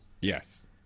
Yes